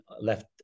left